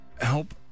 help